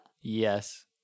Yes